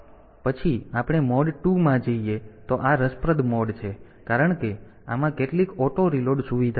પછી આપણે મોડ 2 માં જોઈએ તો આ રસપ્રદ મોડ છે કારણ કે આમાં કેટલીક ઓટો રીલોડ સુવિધા છે